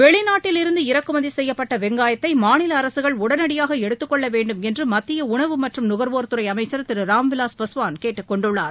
வெளிநாட்டில் இருந்து இறக்குமதி செய்யப்பட்ட வெங்காயத்தை மாநில அரசுகள் உடனடியாக ம எடுத்துக் கொள்ள வேண்டும் என்று மத்திய உணவு மற்றும் நுகர்வோர்துறை அமைச்சர் திரு ராம்விலாஸ் பாஸ்வான் கேட்டுக் கொண்டுள்ளார்